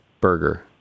burger